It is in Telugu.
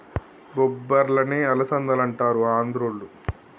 బొబ్బర్లనే అలసందలంటారు ఆంద్రోళ్ళు